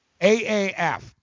aaf